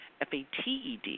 F-A-T-E-D